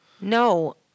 No